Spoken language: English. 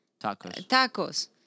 tacos